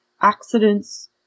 accidents